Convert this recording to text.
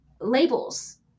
labels